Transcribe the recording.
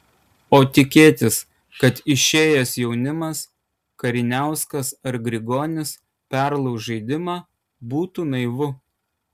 o tikėtis kad išėjęs jaunimas kariniauskas ar grigonis perlauš žaidimą būtų naivu